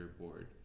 board